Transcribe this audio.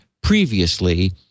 previously